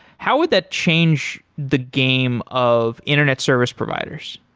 how would that change the game of internet service providers?